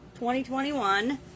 2021